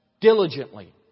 diligently